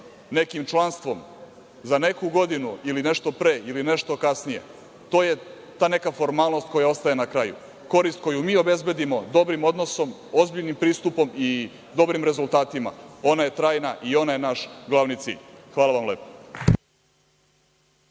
nekim članstvom za neku godinu, ili nešto pre, ili nešto kasnije, to je ta neka formalnost koja ostaje na kraju. Korist koju mi obezbedimo dobrim odnosom, ozbiljnim pristupom i dobrim rezultatima je trajna i ona je naš glavni cilj. Hvala vam lepo.